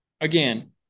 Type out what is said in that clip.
again